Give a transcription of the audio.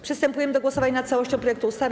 Przystępujemy do głosowania nad całością projektu ustawy.